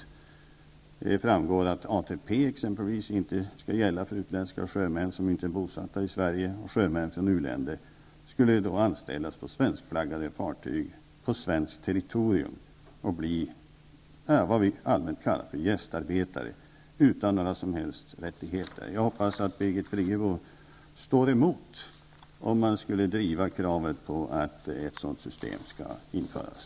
Av promemorian framgår också att exempelvis ATP inte skall gälla för utländska sjömän som inte är bosatta i Sverige. Sjömän från u-länder skulle då anställas på svenskflaggade fartyg på svenskt territorium och bli vad vi allmänt kallar för gästarbetare, utan några som helst rättigheter. Jag hoppas att Birgit Friggebo står emot om man skulle driva kravet på att ett sådant system skall införas.